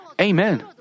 Amen